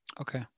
Okay